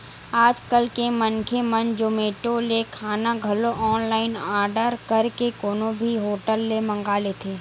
आज कल तो मनखे मन जोमेटो ले खाना घलो ऑनलाइन आरडर करके कोनो भी होटल ले मंगा लेथे